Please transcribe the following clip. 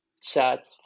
chat